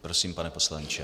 Prosím, pane poslanče.